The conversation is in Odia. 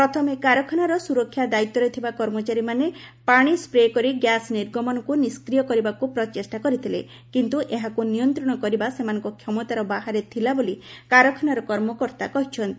ପ୍ରଥମେ କାରଖାନାର ସୁରକ୍ଷା ଦାୟିତ୍ୱରେ ଥିବା କର୍ମଚାରୀମାନେ ପାଣି ସ୍ତ୍ରେ କରି ଗ୍ୟାସ୍ ନିର୍ଗମନକୁ ନିଷ୍କ୍ରିୟ କରିବାକୁ ପ୍ରଚେଷ୍ଟା କରିଥିଲେ କିନ୍ତୁ ଏହାକୁ ନିୟନ୍ତ୍ରଣ କରିବା ସେମାନଙ୍କ କ୍ଷମତାର ବାହାରେ ଥିଲା ବୋଲି କାରଖାନାର କର୍ମକର୍ତ୍ତାମାନେ କହିଛନ୍ତି